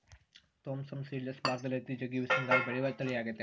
Thompson seedless ಭಾರತದಲ್ಲಿ ಅತಿ ಜಗ್ಗಿ ವಿಸ್ತೀರ್ಣದಗ ಬೆಳೆಯುವ ತಳಿಯಾಗೆತೆ